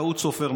טעות סופר,